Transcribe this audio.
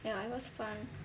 ya it was fun